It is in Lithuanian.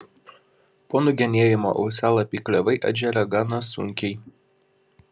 po nugenėjimo uosialapiai klevai atželia gana sunkiai